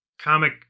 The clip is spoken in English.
comic